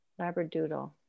Labradoodle